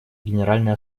генеральной